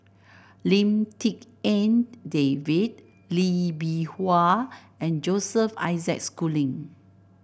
Lim Tik En David Lee Bee Wah and Joseph Isaac Schooling